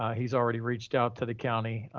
he's already reached out to the county.